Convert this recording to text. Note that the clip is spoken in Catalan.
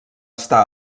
està